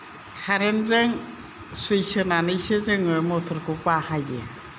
कारेन्टजों सुइस होनानैसो जोङो मथरखौ बाहायो